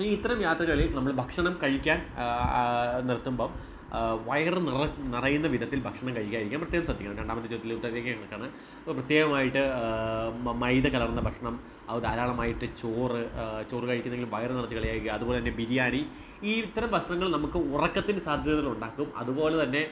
ഈ ഇത്തരം യാത്രകളിൽ നമ്മൾ ഭക്ഷണം കഴിക്കാൻ നിർത്തുമ്പം വയറുനിറ നിറയുന്ന വിധത്തിൽ ഭക്ഷണം കഴിക്കാതിരിക്കുവാൻ പ്രത്യേകം ശ്രദ്ധിക്കണം രണ്ടാമത്തെ ചോദ്യത്തിലെ ഉത്തരത്തിലേക്ക് കടക്കുവാണ് പ്രത്യേകമായിട്ട് മൈദ കലർന്ന ഭക്ഷണം അവ ധാരാളമായിട്ട് ചോറ് ചോറ് കഴിക്കുന്നെങ്കിൽ വയർ നിറച്ച് കഴിക്കുക അതുപോലെ തന്നെ ബിരിയാണി ഈ ഇത്തരം ഭക്ഷണങ്ങൾ നമുക്ക് ഉറക്കത്തിന് സാധ്യതകളുണ്ടാക്കും അതുപോലെ തന്നെ